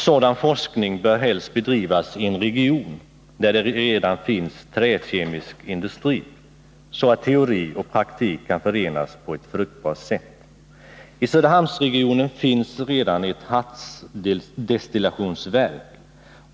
Sådan forskning bör helst bedrivas i en region där det redan finns träkemisk industri, så att teori och praktik kan förenas på ett fruktbart sätt. I Söderhamnsregionen finns redan ett hartsdestillationsverk.